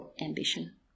ambition